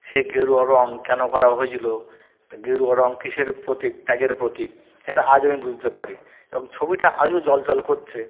সেই গেরুয়া রঙ কেন করা হয়েছিল গেরুয়া রঙ কীসের প্রতীক ত্যাগের প্রতীক সেটা আজ আমি বুঝতে পারি এবং ছবিটা আজও জ্বলজ্বল করছে